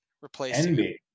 replacing